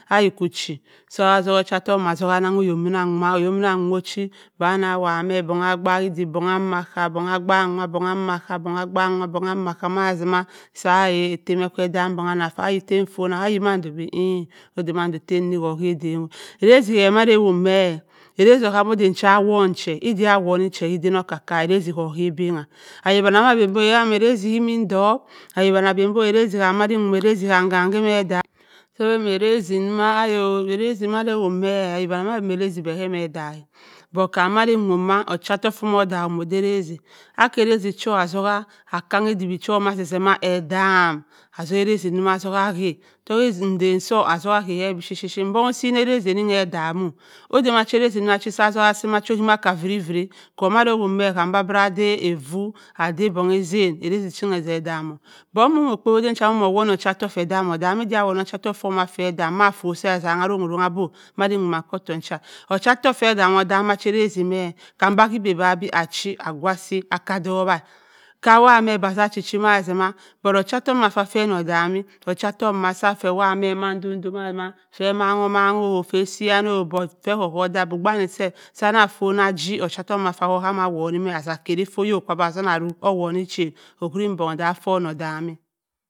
Oyi kko achi azuk ocha ottoku attongu nnane ohok minna m ohok minna nwa o ochi bong anna a wowa me dong a akpe odik bong a naakka bong a akpa wa bong a mukka bong a akpu wa bong a makka mazima saa ettem ekke odam bong anna afa ayi fa ntonna ayi mando odi ooo odamando da sinko k’edan-o erazi ke mado owowa me erazi oham edan cha awoni che idaa awon che adan cha awonche eda owonni che kaden oka-ka era-zi koo abang he ahok danni amma ben bo kam erazi emmi ndop ohok danni abendo erazi kam madin uwoh me erazi kam emma edaak erazi wa ayi-o kam erazi kema edam but kam madi owowha ma ochaottoku fo mo oda erazi aki erazi cho atzoker akinni eduwi cho ma zeh-zeh ma edam-m azinni erazi atzuku abha atzuk endan so aya me bipuyitt bipitt obones o si erazi enni odam-o oda erazi chowa asi cha ahoma akka uiri viri kw muda owowhe me ada vu ada bong a zena erazi ting ebirabu edam-oo bong momo oko edan cha omo wonn ocha ottoku ve dam odam ida awon oche ottoku fa ne odan ma fott su ezanga arronn-orrong bo madin womana eki ottoku n’ cha ocha ottoku fe edam-odam macha erazi me kabi a winbui ebgba ach a gowasi ako dowaa ka wow-me achi ma zezema but ocha ottoku fe noo odan me ocha ottoku ma zaa fe ahowa me mamdo-do mazima fe mang-o mange oo fe si yan- oo but fe ko woo odam obgh wani seff sa naa afonna chi oche ottoku fa wonn oham ohamm a wonni me asa karri fo oyok kwa obong azun arrog owonni chi owuri fe onnong odam-ee.